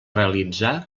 realitzar